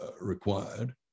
required